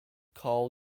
carl